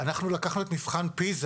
לקחנו את מבחן פיזה